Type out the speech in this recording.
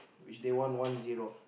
which they won one zero